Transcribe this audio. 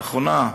לאחרונה,